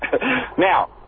Now